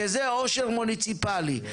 שזה עושר מוניציפלי?